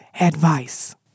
advice